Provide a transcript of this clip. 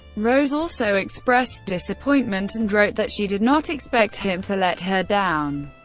rose also expressed disappointment and wrote that she did not expect him to let her down.